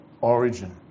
origin